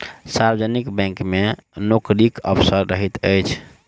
सार्वजनिक बैंक मे नोकरीक अवसर रहैत अछि